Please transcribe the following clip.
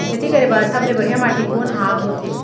खेती करे बर सबले बढ़िया माटी कोन हा होथे?